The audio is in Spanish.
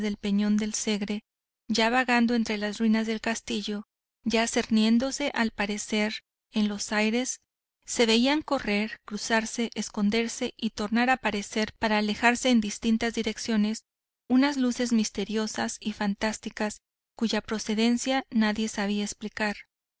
del peñón del segre ya vagando entre las ruinas del castillo ya cerniéndose al aparecer en los aires se veían correr cruzarse esconderse y tornar a aparecer para alejarse en distintas direcciones unas luces misteriosas y fantásticas cuya procedencia nadie sabia explicar